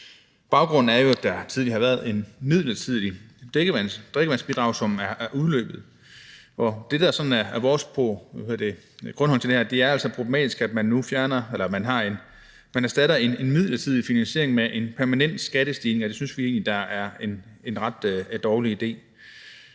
Baggrunden er jo, at der tidligere har været et midlertidigt drikkevandsbidrag, som er udløbet. Og det, der er vores grundholdning til det her, er, at det altså er problematisk, at man nu erstatter en midlertidig finansiering med en permanent skattestigning, og det synes vi egentlig er en ret dårlig idé.